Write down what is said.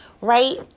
Right